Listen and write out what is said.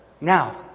Now